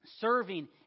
serving